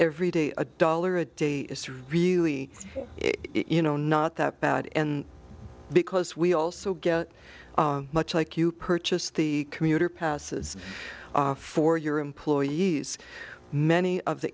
every day a dollar a day is really it you know not that bad end because we also get much like you purchase the commuter passes for your employees many of the